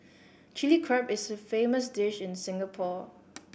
Chilli Crab is a famous dish in Singapore